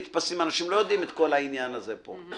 אנשים לא יודעים את כל העניין הזה פה.